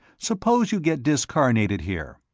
suppose you get discarnated here,